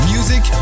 Music